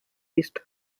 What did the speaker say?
east